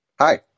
Hi